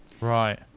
Right